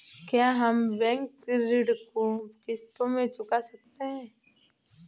क्या हम बैंक ऋण को किश्तों में चुका सकते हैं?